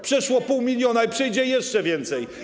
Przeszło pół miliona i przejdzie jeszcze więcej.